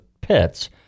pits